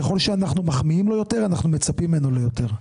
ככל שאנחנו מחמיאים לו יותר כך אנחנו מצפים ממנו ליותר.